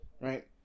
right